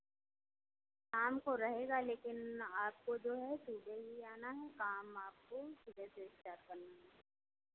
शाम को रहेगा लेकिन आपको जो है सुबह ही आना है काम आपको सूबह से स्टार्ट करना है